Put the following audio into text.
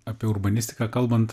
apie urbanistiką kalbant